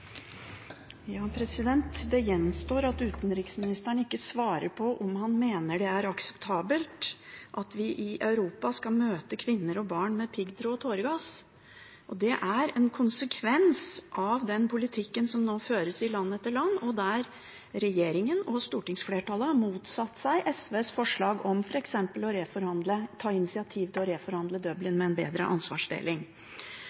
det gjenstår at utenriksministeren svarer på om han mener det er akseptabelt at vi i Europa skal møte kvinner og barn med piggtråd og tåregass. Det er en konsekvens av den politikken som nå føres i land etter land, og der regjeringen og stortingsflertallet har motsatt seg SVs forslag om f.eks. å ta initiativ til å reforhandle